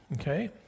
okay